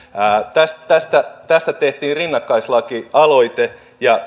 tästä tästä tehtiin rinnakkaislakialoite ja